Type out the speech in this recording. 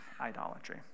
idolatry